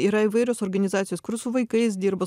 yra įvairios organizacijos kur su vaikais dirba